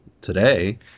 today